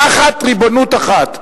תחת ריבונות אחת.